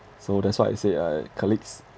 so that's why I say uh colleagues